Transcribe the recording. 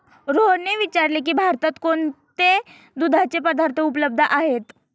रोहनने विचारले की भारतात कोणते दुधाचे पदार्थ उपलब्ध आहेत?